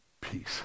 peace